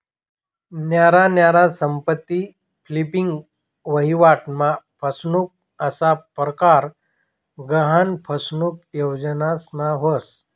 न्यारा न्यारा संपत्ती फ्लिपिंग, वहिवाट मा फसनुक असा परकार गहान फसनुक योजनास मा व्हस